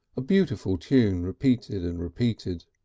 a beautiful tune repeated and repeated,